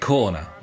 Corner